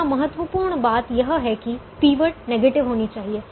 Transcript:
यहाँ महत्वपूर्ण बात यह है कि पिवट नेगेटिव होनी चाहिए